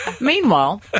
Meanwhile